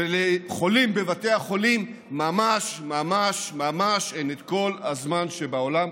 ולחולים בבתי החולים ממש ממש ממש אין את כל הזמן שבעולם,